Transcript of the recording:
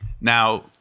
Now